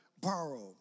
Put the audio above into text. borrow